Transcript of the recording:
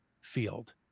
field